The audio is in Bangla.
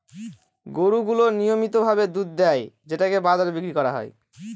গরু গুলো নিয়মিত ভাবে দুধ দেয় যেটাকে বাজারে বিক্রি করা হয়